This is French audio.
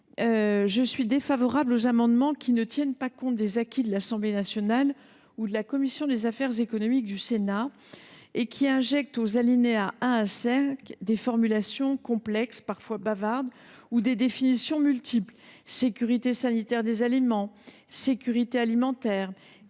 je suis défavorable aux amendements qui ne tiennent pas compte des acquis de l’Assemblée nationale ou de la commission des affaires économiques du Sénat et qui visent à ajouter aux alinéas 1 à 5 des formulations complexes, parfois bavardes, ou des définitions multiples : sécurité sanitaire des aliments, sécurité alimentaire,